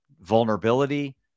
vulnerability